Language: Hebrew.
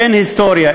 אין היסטוריה,